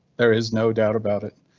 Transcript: there is no doubt about it.